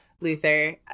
Luther